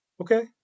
okay